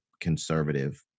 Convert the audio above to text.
conservative